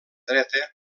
dreta